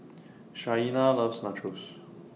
Shaina loves Nachos